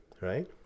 right